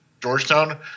Georgetown